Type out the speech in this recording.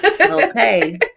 okay